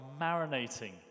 marinating